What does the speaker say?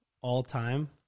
all-time